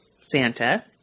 Santa